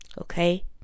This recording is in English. Okay